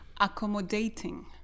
accommodating